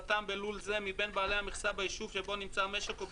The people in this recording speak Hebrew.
מכסתם בלול זה מבין בעלי המכסה ביישוב שבו נמצא המשק עומד